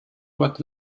what